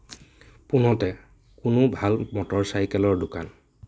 পুনেত কোনো ভাল মটৰচাইকেলৰ দোকান